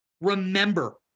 remember